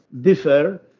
differ